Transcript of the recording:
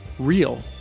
real